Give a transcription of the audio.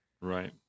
Right